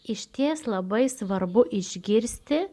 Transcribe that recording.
išties labai svarbu išgirsti